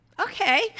okay